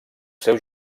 seus